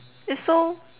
its so